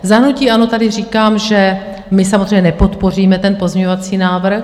Za hnutí ANO tady říkám, že samozřejmě nepodpoříme ten pozměňovací návrh.